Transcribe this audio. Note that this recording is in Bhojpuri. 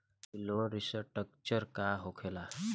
ई लोन रीस्ट्रक्चर का होखे ला?